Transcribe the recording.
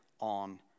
on